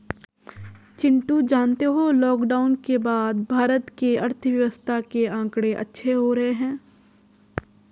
चिंटू जानते हो लॉकडाउन के बाद भारत के अर्थव्यवस्था के आंकड़े अच्छे हो रहे हैं